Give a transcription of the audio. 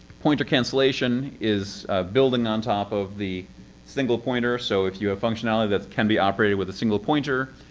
pointer cancellation is building on top of the single pointer. so if you have functionality that can be operated with a single pointer,